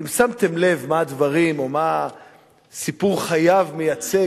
אם שמתם לב מה סיפור חייו מייצג,